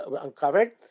uncovered